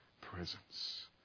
presence